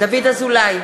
דוד אזולאי,